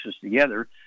together